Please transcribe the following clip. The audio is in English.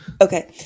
Okay